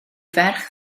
ferch